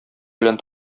белән